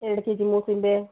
ಎರಡು ಕೇಜಿ ಮೂಸಂಬಿ